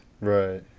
Right